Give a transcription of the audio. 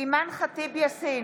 אימאן ח'טיב יאסין,